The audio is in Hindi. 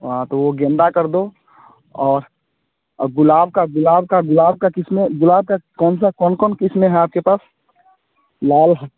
हाँ तो वह गेंदा कर दो और और गुलाब का गुलाब का गुलाब की क़िस्में गुलाब का कौन सा कौन कौन क़िस्में हैं आपके पास लाल है